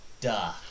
Duh